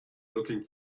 looking